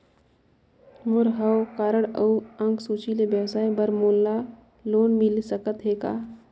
मोर हव कारड अउ अंक सूची ले व्यवसाय बर मोला लोन मिल सकत हे का?